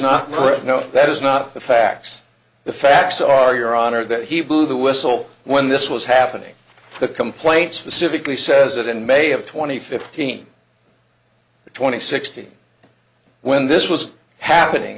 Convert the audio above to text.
right no that is not the facts the facts are your honor that he blew the whistle when this was happening the complaints from civically says that in may of twenty fifteen or twenty sixteen when this was happening